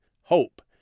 hope